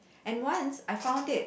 and once I found it